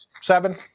seven